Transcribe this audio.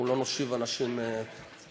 אנחנו לא נושיב אנשים לתרגם,